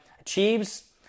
achieves